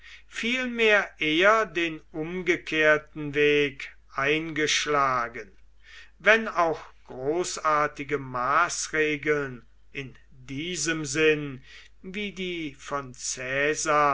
vielmehr eher den umgekehrten weg eingeschlagen wenn auch großartige maßregeln in diesem sinn wie die von